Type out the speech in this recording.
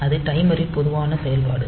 இது டைமரின் பொதுவான செயல்பாடு